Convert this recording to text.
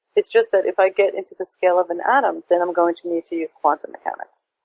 it's just that if i get into the scale of an atom, then i'm going to need to use quantum mechanics.